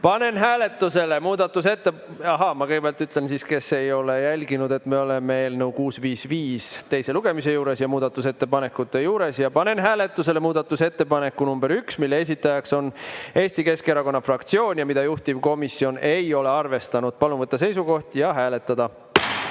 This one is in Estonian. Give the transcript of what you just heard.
Panen hääletusele muudatusette... Ahaa, ma kõigepealt ütlen, kes ei ole jälginud, et me oleme eelnõu 655 teise lugemise juures, muudatusettepanekute juures. Panen hääletusele muudatusettepaneku nr 1, mille esitajaks on Eesti Keskerakonna fraktsioon ja mida juhtivkomisjon ei ole arvestanud. Palun võtta seisukoht ja hääletada.